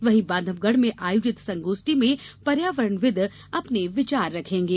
वहीं बांधवगढ़ में आयोजित संगोष्ठी में पर्यावरणविद अपने विचार रखेंगे